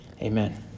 Amen